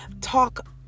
talk